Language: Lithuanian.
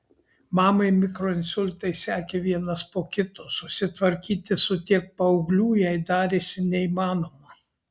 mamai mikroinsultai sekė vienas po kito susitvarkyti su tiek paauglių jai darėsi neįmanoma